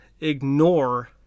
ignore